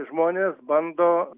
žmonės bando